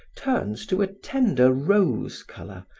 turns to a tender rose color,